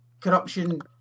corruption